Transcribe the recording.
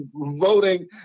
voting